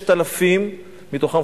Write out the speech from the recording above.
6,000 מתוכם,